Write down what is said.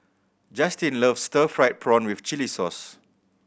Justyn loves stir fried prawn with chili sauce